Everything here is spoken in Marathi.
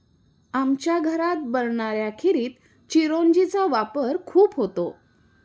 आमच्या घरात बनणाऱ्या खिरीत चिरौंजी चा वापर खूप होतो